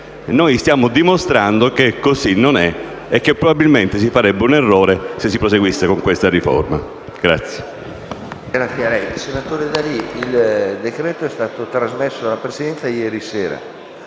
noi stiamo dimostrando che così non è e che, probabilmente, si farebbe un errore se si proseguisse con questa riforma.